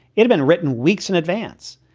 it's been written weeks in advance.